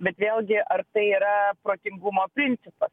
bet vėlgi ar tai yra protingumo principas